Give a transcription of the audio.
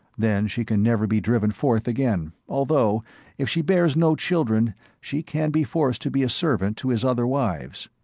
then she can never be driven forth again, although if she bears no children she can be forced to be a servant to his other wives.